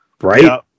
Right